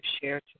share